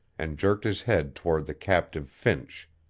and jerked his head toward the captive finch.